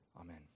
Amen